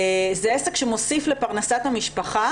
זה עסק שמוסיף לפרנסת המשפחה.